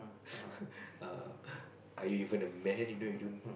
are you even a man you know you don't